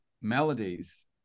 melodies